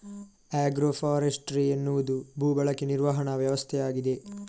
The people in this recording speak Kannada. ಆಗ್ರೋ ಫಾರೆಸ್ಟ್ರಿ ಎನ್ನುವುದು ಭೂ ಬಳಕೆ ನಿರ್ವಹಣಾ ವ್ಯವಸ್ಥೆಯಾಗಿದೆ